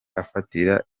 afatira